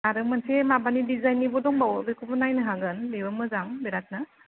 आरो मोनसे माबानि डिजाइननिबो दंबावो बेखौ बो नायनो हागोन बे बो मोजां बिराथनो